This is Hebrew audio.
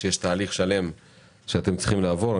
שיש תהליך שלם שאתם צריכים לעבור.